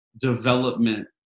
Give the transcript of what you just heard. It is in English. development